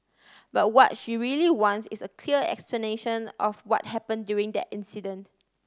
but what she really wants is a clear explanation of what happen during that incident